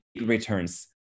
returns